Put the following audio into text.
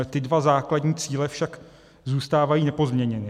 Ty dva základní cíle však zůstávají nepozměněny.